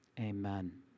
Amen